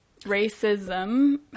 racism